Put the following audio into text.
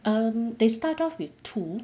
um they start off with two